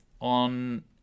on